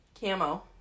Camo